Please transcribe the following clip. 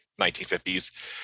1950s